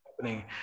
happening